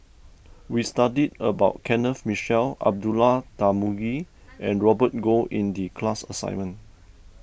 we studied about Kenneth Mitchell Abdullah Tarmugi and Robert Goh in the class assignment